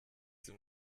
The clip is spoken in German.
dem